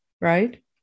right